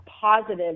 positive